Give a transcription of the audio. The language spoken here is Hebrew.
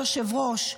היושב-ראש,